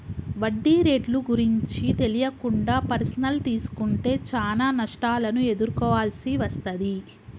వడ్డీ రేట్లు గురించి తెలియకుండా పర్సనల్ తీసుకుంటే చానా నష్టాలను ఎదుర్కోవాల్సి వస్తది